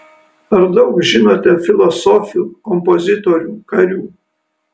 ar daug žinote filosofių kompozitorių karių